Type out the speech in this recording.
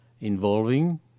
involving